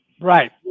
Right